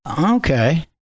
okay